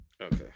okay